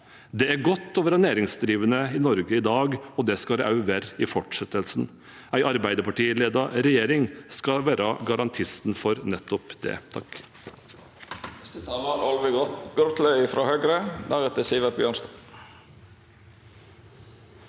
Det er godt å være næringsdrivende i Norge i dag, og det skal det også være i fortsettelsen. En Arbeiderparti-ledet regjering skal være garantisten for nettopp det. Olve